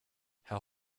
herr